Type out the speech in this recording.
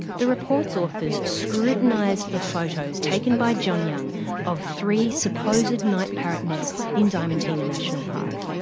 the report's authors scrutinised the photos taken by john young of three supposed night parrot nests in diamantina national park.